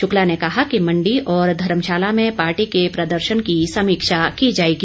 शुक्ला ने कहा कि मंडी और धर्मशाला में पार्टी के प्रदर्शन की समीक्षा की जाएगी